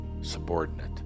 subordinate